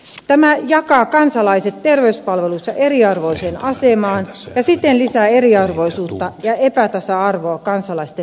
tämä jakaa kansalaiset terveyspalveluissa eriarvoiseen asemaan ja siten lisää eriarvoisuutta ja epätasa arvoa kansalaisten välille